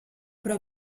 però